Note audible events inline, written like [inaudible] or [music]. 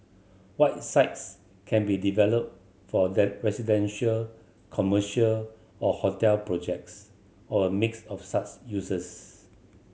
white sites can be developed for [unintelligible] residential commercial or hotel projects or a mix of such uses